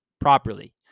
properly